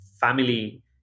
family